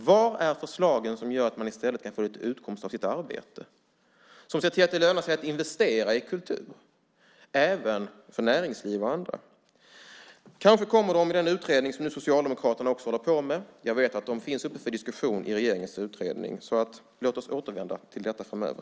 Var är förslagen som gör att människor i stället får utkomst av sitt arbete och gör att det lönar sig att investera i kultur även för näringsliv och andra? Kanske kommer de i den utredning som Socialdemokraterna också håller på med. Jag vet att de finns uppe för diskussion i regeringens utredning. Låt oss återvända till detta framöver.